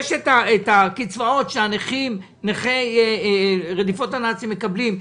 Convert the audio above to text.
יש את הקצבאות שנכי רדיפות הנאצים מקבלים,